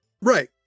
Right